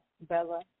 Bella